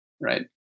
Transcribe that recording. right